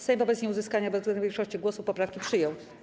Sejm wobec nieuzyskania bezwzględnej większości głosów poprawki przyjął.